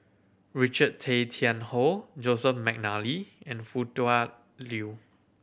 Richard Tay Tian Hoe Joseph McNally and Foo Tua Liew